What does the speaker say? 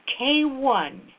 K1